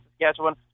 Saskatchewan